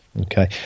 Okay